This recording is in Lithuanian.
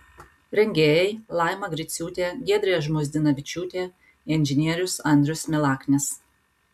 rengėjai laima griciūtė giedrė žmuidzinavičiūtė inžinierius andrius milaknis